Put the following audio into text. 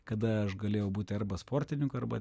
kada aš galėjau būti arba sportininku arba